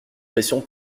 pression